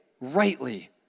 rightly